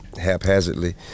haphazardly